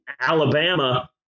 Alabama